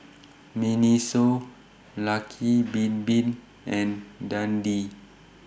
Miniso Lucky Bin Bin and Dundee